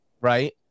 right